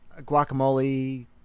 guacamole